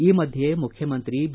ಈ ಮಧ್ಯೆ ಮುಖ್ಯಮಂತ್ರಿ ಬಿ